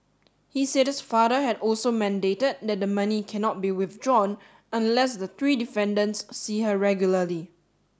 he said his father had also mandated that the money cannot be withdrawn unless the three defendants see her regularly